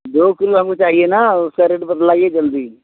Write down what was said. दो किलो हमको चाहिए ना उसका रेट बतलाइए जल्दी